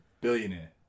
Billionaire